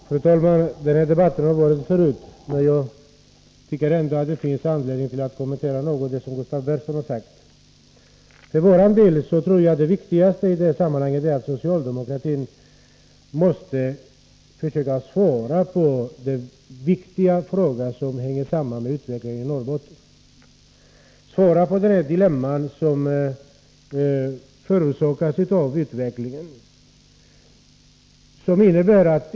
Fru talman! Vi har fört den här debatten förut, men jag tycker ändå att det finns anledning att något kommentera det som Gustav Persson har sagt. För vår del tror jag att det viktigaste i det här sammanhanget är att socialdemokratin måste försöka svara på den viktiga fråga som hänger samman med utvecklingen i Norrbotten. Det gäller det dilemma som förorsakas av utvecklingen.